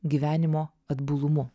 gyvenimo atbulumu